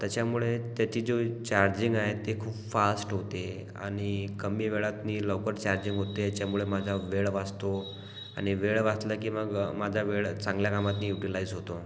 त्याच्यामुळे त्याची जो चार्जिंग आहे ती खूप फास्ट होते आणि कमी वेळात मी लवकर चार्जिंग होते याच्यामुळे माझा वेळ वाचतो आणि वेळ वाचला की मग माझा वेळ चांगल्या कामात युटीलाइज होतो